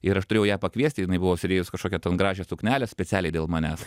ir aš turėjau ją pakviesti ir jinai buvo užsidėjus kažkokią gražią suknelę specialiai dėl manęs